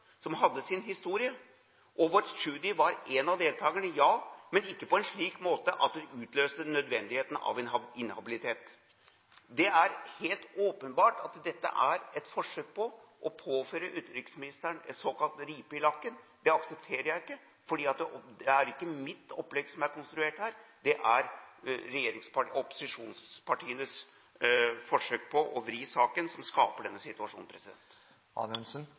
som hadde sin historie, og hvor Tschudi var én av deltakerne, ja, men ikke på en slik måte at den utløste nødvendigheten av inhabilitet. Det er helt åpenbart at dette er et forsøk på å påføre utenriksministeren en såkalt ripe i lakken. Det aksepterer jeg ikke. Det er ikke mitt opplegg som er konstruert her, men det er opposisjonspartienes forsøk på å vri saken som skaper denne situasjonen.